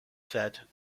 set